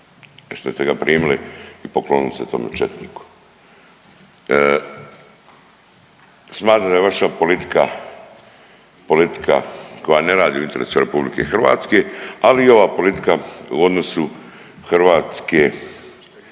što ste ga primili i poklonili se tome četniku. Smatram da je vaša politika politika koja ne radi u interesu RH, ali i ova politika u odnosu Hrvatske